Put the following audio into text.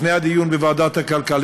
לפני הדיון בוועדת הכלכלה,